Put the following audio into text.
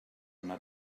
una